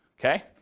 Okay